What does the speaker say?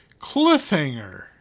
Cliffhanger